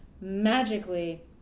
magically